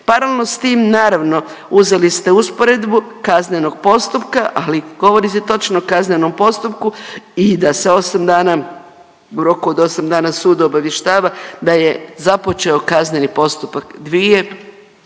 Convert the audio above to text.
Paralelno s tim, naravno, uzeli ste usporedbu kaznenog postupka, ali govori se točno o kaznenom postupku i da se 8 dana, u roku od 8 dana sud obavještava da je započeo kazneni postupak, dvije